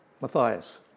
Matthias